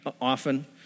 often